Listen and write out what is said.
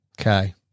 okay